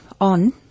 on